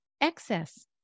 excess